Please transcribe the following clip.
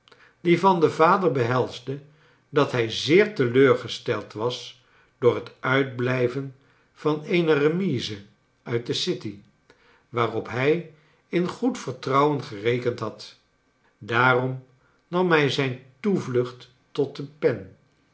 die van den vader behelsde dat hij zeer teleurgesteld was door het uitblijven van eene remise uit de city waarop hij in goed vertrouwen gerekend had daarom nam hij zijn toevlucht tot de pen